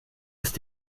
ist